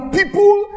people